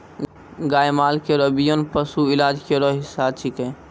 गाय माल केरो बियान पशु इलाज केरो हिस्सा छिकै